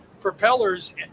propellers